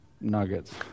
nuggets